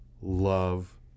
love